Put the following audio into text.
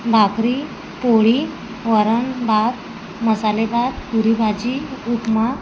भाकरी पोळी वरण भात मसाले भात पुरी भाजी उपमा